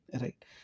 right